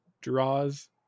draws